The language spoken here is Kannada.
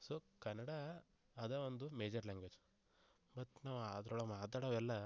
ಸೋ ಕನ್ನಡ ಅದ ಒಂದು ಮೇಜರ್ ಲ್ಯಾಂಗ್ವೇಜ್ ಮತ್ತು ನಾವು ಅದ್ರೊಳಗೆ ಮಾತಾಡೋವೆಲ್ಲ